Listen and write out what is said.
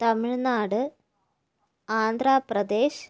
Tamil Nadu Andhra Pradesh